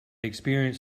experience